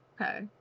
Okay